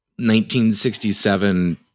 1967